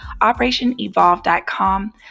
OperationEvolve.com